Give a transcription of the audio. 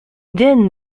then